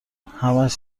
همهاش